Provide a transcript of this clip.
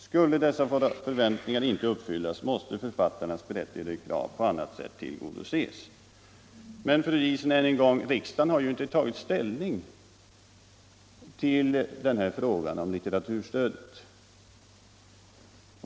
”Skulle dessa våra förväntningar inte uppfyllas”, tillägger de, ”måste författarnas berättigade krav på annat sätt tillgodoses.” Än en gång, fru Diesen: Riksdagen har ju inte tagit ställning till frågan — Nr 37 om litteraturstödet.